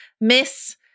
miss